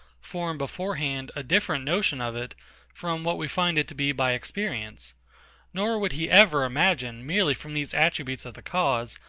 form beforehand a different notion of it from what we find it to be by experience nor would he ever imagine, merely from these attributes of the cause,